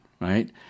right